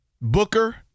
Booker